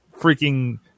freaking